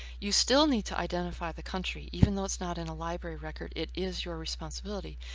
you still need to identify the country. even though it's not in a library record, it is your responsibility.